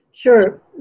sure